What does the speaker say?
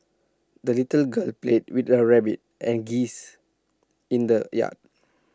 the little girl played with her rabbit and geese in the yard